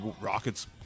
Rocket's